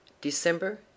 December